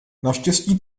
naštěstí